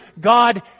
God